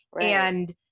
And-